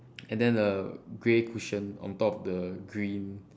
and then the grey cushion on top of the green